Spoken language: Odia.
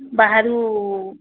ବାହାରୁ